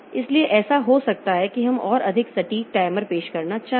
इसलिए ऐसा हो सकता है कि हम और अधिक सटीक टाइमर पेश करना चाहें